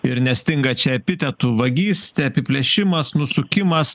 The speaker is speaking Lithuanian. ir nestinga čia epitetų vagystė apiplėšimas nusukimas